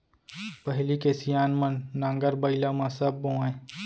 पहिली के सियान मन नांगर बइला म सब बोवयँ